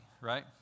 right